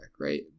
right